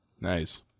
Nice